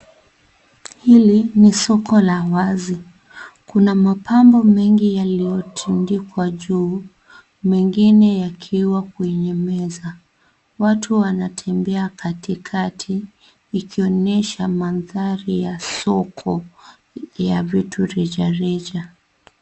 Hili ni soko la wazi kuna mapambo mengi yaliyotandikwa juu mengine yakiwa kwenye meza, watu wanatembea katikati ikionyesha mandhari ya soko ya vitu rejareja.